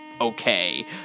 okay